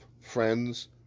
friends